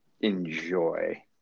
enjoy